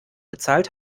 bezahlt